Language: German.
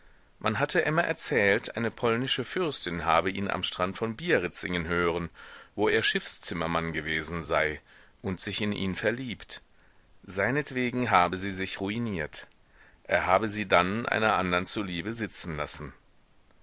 man hatte emma erzählt eine polnische fürstin habe ihn am strand von biarritz singen hören wo er schiffszimmermann gewesen sei und sich in ihn verliebt seinetwegen habe sie sich ruiniert er habe sie dann einer andern zuliebe sitzen lassen